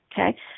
Okay